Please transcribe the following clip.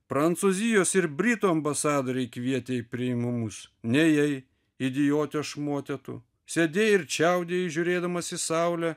prancūzijos ir britų ambasadoriai kvietė į priėmimus nėjai idijote šmote tu sėdėjai ir čiaudei žiūrėdamas į saulę